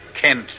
Kent